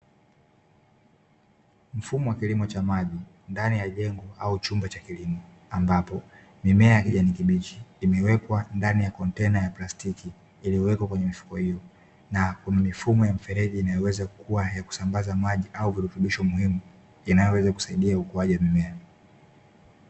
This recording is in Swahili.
Mfumo wa kilimo cha maji ndani ya jengo au chumba cha kilimo, ambapo mimea ya kijani kibichi imewekwa ndani ya kontena ya plastiki iliyowekwa kwenye mifuko hiyo na Kuna mifumo ya mfereji ya kusambaza maji au virutubisho muhimu inayoweza kusaidia ukuaji wa mimea.